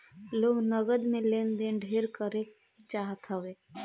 लोग नगद में लेन देन ढेर करे चाहत हवे